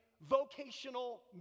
vocational